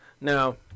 Now